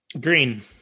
green